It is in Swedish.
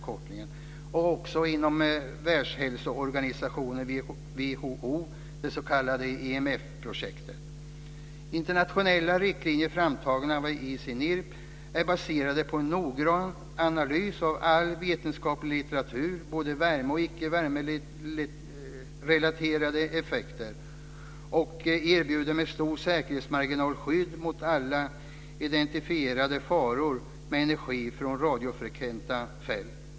Det sker också inom Världshälsoorganisationens, Internationella riktlinjer framtagna av ICNIRP är baserade på en noggrann analys av all vetenskaplig litteratur. Det gäller både värme och icke värmerelaterade effekter. De erbjuder med stora säkerhetsmarginaler skydd mot alla identifierade faror med energi från radiofrekventa fält.